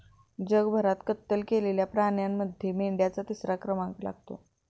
जगभरात कत्तल केलेल्या प्राण्यांमध्ये मेंढ्यांचा तिसरा क्रमांक लागतो